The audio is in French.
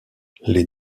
les